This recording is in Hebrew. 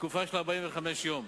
בתקופה של 45 יום.